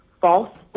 false